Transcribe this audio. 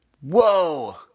Whoa